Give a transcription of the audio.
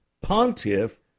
pontiff